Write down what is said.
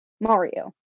mario